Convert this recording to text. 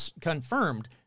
confirmed